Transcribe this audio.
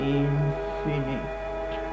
infinite